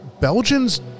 Belgians